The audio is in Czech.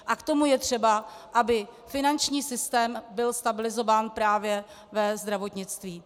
A k tomu je třeba, aby finanční systém byl stabilizován právě ve zdravotnictví.